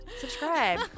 subscribe